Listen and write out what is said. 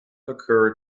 occurred